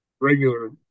regular